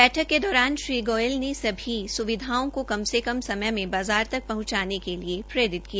बैठक के दौरान श्री गोयल ने सभी स्विधाओं को कम से कम समय में बाज़ार तक पहुंचाने के लिये प्रेरित किया